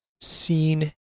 seen